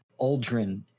Aldrin